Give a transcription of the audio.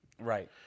Right